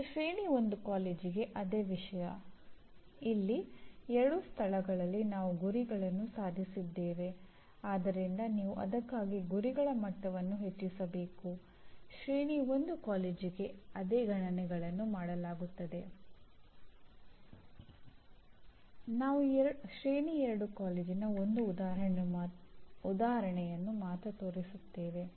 ಇದು ಸಂಸ್ಥೆಯ ಧ್ಯೇಯಕ್ಕೆ ಕಾರಣವಾಗುತ್ತದೆ ಅದು ಒಟ್ಟಾಗಿ ಕಾರ್ಯಕ್ರಮವನ್ನು ನೀಡುವ ವಿಭಾಗದ ದೃಷ್ಟಿಗೆ ಕಾರಣವಾಗುತ್ತದೆ ಮತ್ತು ಅದು ಆ ವಿಭಾಗದ ಧ್ಯೇಯಕ್ಕೆ ಕಾರಣವಾಗುತ್ತದೆ ಮತ್ತು ಇದು ಪ್ರೋಗ್ರಾಮ್ ಶೈಕ್ಷಣಿಕ ಉದ್ದೇಶಗಳಿಗೆ ಕಾರಣವಾಗುತ್ತದೆ